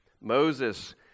Moses